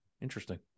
interesting